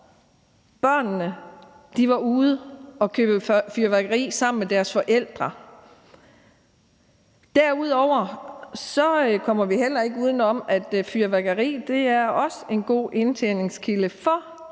børnene var ude at købe det sammen med deres forældre. Derudover kommer vi heller ikke udenom, at fyrværkeri også er en god indtjeningskilde for de her